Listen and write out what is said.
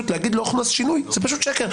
להגיד שלא הוכנס שינוי, זה פשוט שקר.